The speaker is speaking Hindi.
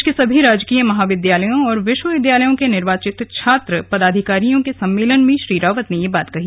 प्रदेश के सभी राजकीय महाविद्यालयों और विश्वविद्यालयों के निर्वाचित छात्र पदाधिकारियों के सम्मेलन में श्री रावत ने ये बात कही